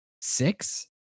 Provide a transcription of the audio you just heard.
six